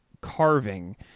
carving